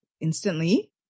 instantly